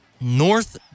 North